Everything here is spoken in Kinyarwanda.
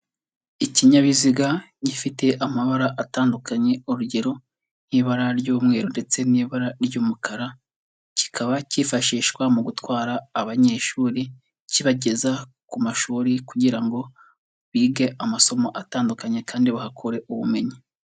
Ikinyabiziga gifite amabara atandukanye, urugero: nk'ibara ry'umweru ndetse n'ibara ry'umukara, kikaba cyifashishwa mu gutwara abanyeshuri, kibageza ku mashuri kugira ngo bige amasomo atandukanye kandi bahakure ubumenyi.